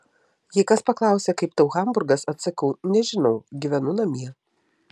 jei kas paklausia kaip tau hamburgas atsakau nežinau gyvenu namie